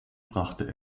brachte